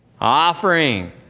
Offering